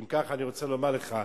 אם כך, אני רוצה לומר לך,